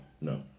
no